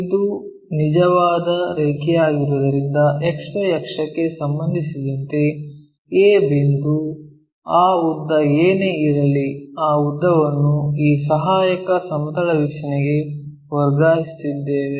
ಇದು ನಿಜವಾದ ರೇಖೆಯಾಗಿರುವುದರಿಂದ XY ಅಕ್ಷಕ್ಕೆ ಸಂಬಂಧಿಸಿದಂತೆ a ಬಿಂದು ಆ ಉದ್ದ ಏನೇ ಇರಲಿ ಆ ಉದ್ದವನ್ನು ಈ ಸಹಾಯಕ ಸಮತಲ ವೀಕ್ಷಣೆಗೆ ವರ್ಗಾಯಿಸುತ್ತೇವೆ